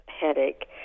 headache